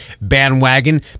bandwagon